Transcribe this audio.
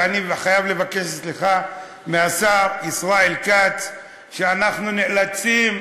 ואני חייב לבקש סליחה מהשר ישראל כץ שאנחנו נאלצים,